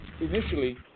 initially